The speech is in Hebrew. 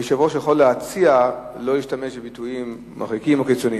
שהיושב-ראש יכול להציע לא להשתמש בביטויים מרחיקים או קיצוניים.